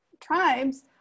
tribes